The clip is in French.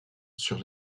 sur